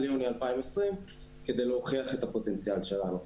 יוני 2020 כדי להוכיח את הפוטנציאל שלנו.